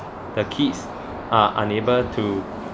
the kids are unable to